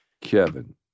Kevin